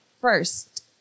first